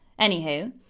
Anywho